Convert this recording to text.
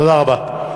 תודה רבה.